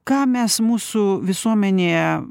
ką mes mūsų visuomenėje